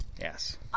Yes